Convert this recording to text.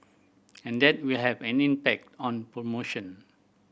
and that will have an impact on promotion